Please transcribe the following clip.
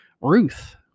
Ruth